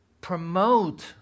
promote